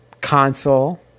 console